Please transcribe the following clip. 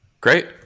great